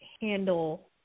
handle